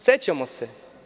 Sećamo se.